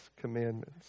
commandments